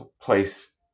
place